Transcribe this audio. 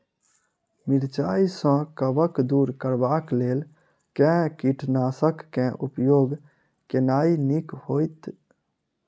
मिरचाई सँ कवक दूर करबाक लेल केँ कीटनासक केँ उपयोग केनाइ नीक होइत?